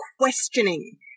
questioning